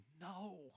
no